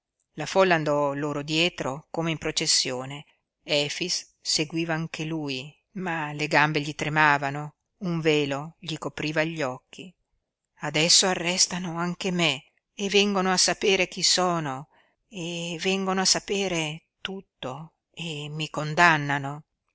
la folla andò loro dietro come in processione efix seguiva anche lui ma le gambe gli tremavano un velo gli copriva gli occhi adesso arrestano anche me e vengono a sapere chi sono e vengono a sapere tutto e mi condannano